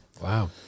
Wow